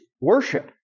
worship